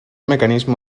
mecanismo